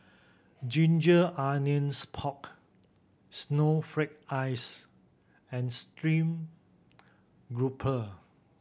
ginger onions pork snowflake ice and stream grouper